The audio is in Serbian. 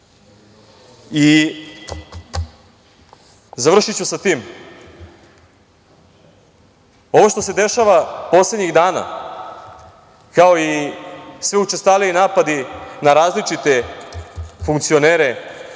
optužiti? Završiću sa tim, ovo što se dešava poslednjih dana kao i sve učestaliji napadi na različite funkcionere